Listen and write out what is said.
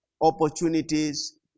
opportunities